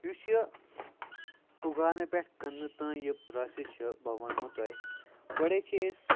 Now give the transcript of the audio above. یُس یہِ اُگاونہٕ پٮ۪ٹھ کٕننَس تانۍ یہِ پرٛاسیٚس چھِ بہٕ وَنہو تۄہہِ گۄڈٔے چھِ أسۍ